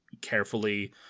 carefully